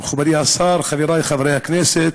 מכובדי השר, חברי חברי הכנסת,